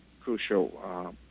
crucial